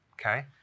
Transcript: Okay